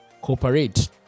cooperate